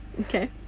Okay